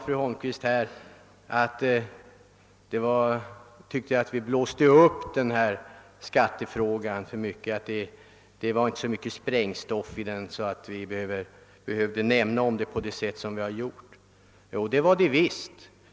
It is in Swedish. Fru Holmqvist tyckte att vi blåste upp skattefrågan alltför mycket och att den inte innehöll så mycket sprängstoff att den behövde omnämnas på det sätt som vi hade gjort. Jo, det innehöll den visst!